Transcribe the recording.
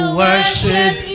worship